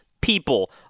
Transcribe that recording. people